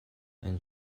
ein